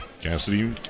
Cassidy